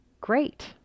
great